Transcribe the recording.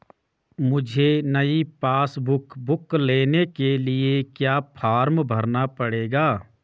मुझे नयी passbook book लेने के लिए क्या फार्म भरना पड़ेगा?